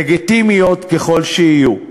לגיטימיות ככל שיהיו,